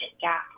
gap